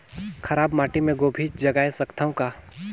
खराब माटी मे गोभी जगाय सकथव का?